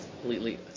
completely